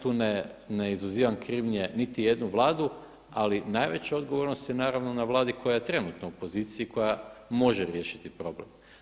Tu ne izuzivam krivnje niti jednu Vladu ali najveća odgovornost je naravno na Vladi koja je trenutno u poziciji koja može riješiti problem.